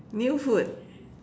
new food